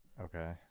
Okay